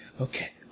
okay